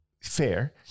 fair